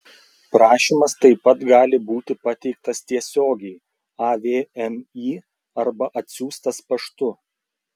prašymas taip pat gali būti pateiktas tiesiogiai avmi arba atsiųstas paštu